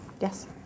Yes